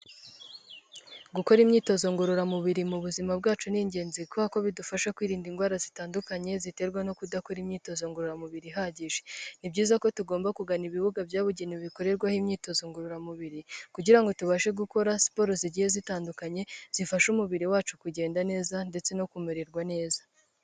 Gukora imyitozo ngororamubiri mu buzima bwacu ni ingenzi kubera ko bidufasha kwirinda indwara zitandukanye ziterwa no kudakora imyitozo ngororamubiri ihagije, ni byiza ko tugomba kugana ibibuga byabugeniwe bikorerwaho imyitozo ngororamubiri kugira ngo tubashe gukora siporo zigiye zitandukanye zifasha umubiri wacu kugenda neza ndetse no kumererwa neza.